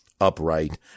upright